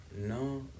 no